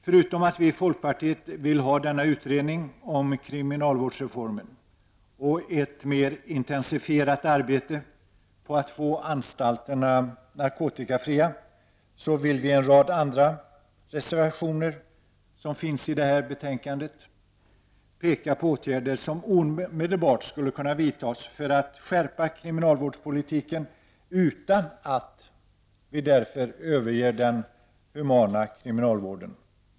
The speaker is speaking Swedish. Förutom att vi i folkpartiet vill ha denna utredning om kriminalvårdsreformen och ett mer intensifierat arbete på att få anstalterna narkotikafria, pekar vi i en rad andra reservationer som finns i detta betänkande på åtgäder som omedelbart skulle kunna vidtas för att skärpa kriminalvårdspolitiken utan att för den skull överge den humana kriminalvården.